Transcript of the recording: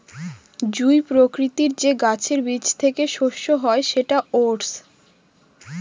জুঁই প্রকৃতির যে গাছের বীজ থেকে শস্য হয় সেটা ওটস